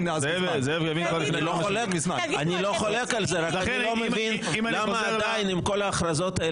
אני לא חולק על זה אלא שאני לא מבין למה עם כל ההכרזות האלה